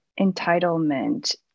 entitlement